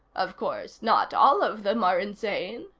of course, not all of them are insane.